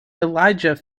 elijah